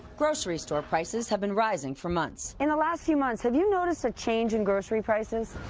grocery store prices have been rising for months. in the last few months have you noticed a change in grocery prices